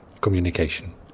communication